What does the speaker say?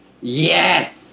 Yes